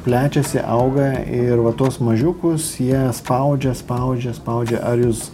plečiasi auga ir va tuos mažiukus jie spaudžia spaudžia spaudžia ar jūs